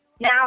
now